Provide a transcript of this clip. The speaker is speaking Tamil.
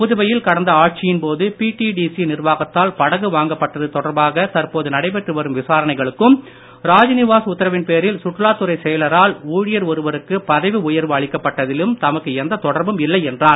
புதுவையில் கடந்த ஆட்சியின்போது பிடிடிசி நிர்வாகத்தால் படகு வாங்கப் பட்டது தொடர்பாக தற்போது நடைபெற்று வரும் விசாரணைகளுக்கும் ராஜ் நிவாஸ் உத்தரவின்பேரில் சுற்றுலாத்துறை செயலரால் ஊழியர் ஒருவருக்கு பதவி உயர்வு அளிக்கப்பட்டதிலும் தமக்கு எந்த தொடர்பும் இல்லை என்றார்